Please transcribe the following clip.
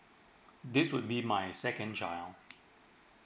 this would be my second child